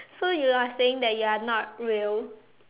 so you are saying that you are not real